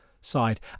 side